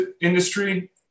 industry